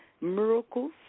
miracles